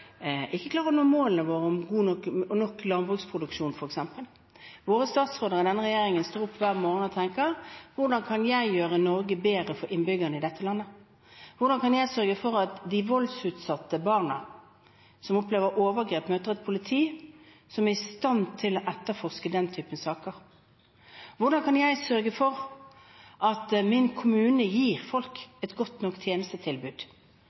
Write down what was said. ikke klarer å nå målene våre om nok landbruksproduksjon, f.eks. Våre statsråder i denne regjeringen står opp hver morgen og tenker: Hvordan kan jeg gjøre Norge bedre for innbyggerne i dette landet? Hvordan kan jeg sørge for at de voldsutsatte barna som opplever overgrep, møter et politi som er i stand til å etterforske den typen saker? Hvordan kan jeg sørge for at min kommune gir folk et godt nok tjenestetilbud,